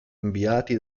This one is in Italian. inviati